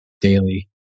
daily